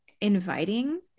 inviting